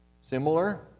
similar